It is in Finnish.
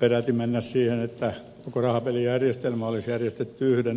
peräti mennä siihen että koko rahapelijärjestelmä olisi järjestetty yhden toimijan alle